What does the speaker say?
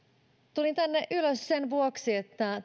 tulin tänne ylös sen vuoksi että